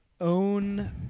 own